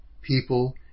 people